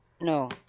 No